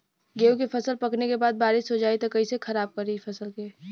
गेहूँ के फसल पकने के बाद बारिश हो जाई त कइसे खराब करी फसल के?